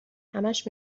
همش